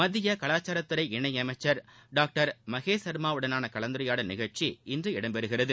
மத்திய கலாச்சாரத்துறை இணையமைச்சர் டாக்டர் மகேஷ் சர்மாவுடனான கலந்துரையாடல் நிகழ்ச்சி இன்று இடம்பெறுகிறது